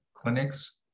clinics